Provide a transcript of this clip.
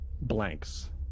blanks